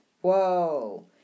Whoa